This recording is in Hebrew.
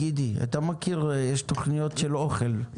גידי, אתה מכיר, יש תוכניות של אוכל.